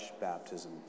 baptism